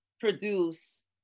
produce